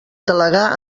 delegar